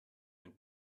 and